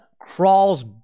crawls